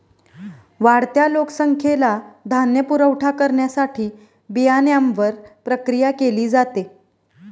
वाढत्या लोकसंख्येला धान्य पुरवठा करण्यासाठी बियाण्यांवर प्रक्रिया केली जाते